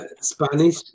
Spanish